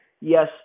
Yes